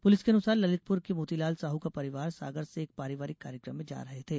police के अनुसार ललितपुर के मोतीलाल साहू का परिवार सागर से एक पारिवारिक कार्यक्रम में जा रहे थे